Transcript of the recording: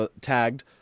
tagged